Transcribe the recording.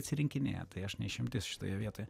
atsirinkinėja tai aš ne išimtis šitoje vietoje